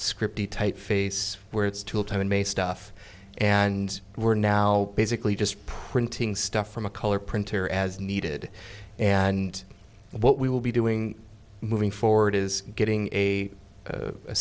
script type face where it's tool time and made stuff and we're now basically just printing stuff from a color printer as needed and what we will be doing moving forward is getting a